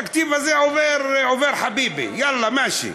התקציב הזה עובר, עובר חביבי, יאללה, מאשי.